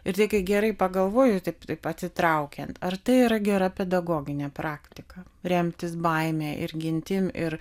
reikia gerai pagalvojus taip taip atsitraukiant ar tai yra gera pedagoginė praktika remtis baime ir gintim ir